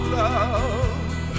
love